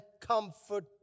comfort